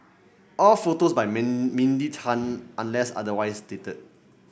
all photos by Mindy Tan unless otherwise stated